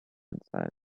inside